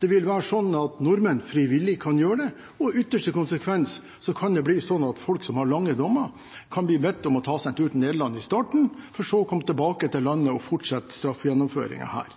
Det vil være slik at nordmenn frivillig kan gjøre det, og i ytterste konsekvens kan det bli slik at folk som har lange dommer, kan bli bedt om å ta seg en tur til Nederland i starten for så å komme tilbake til landet og fortsette straffegjennomføringen her.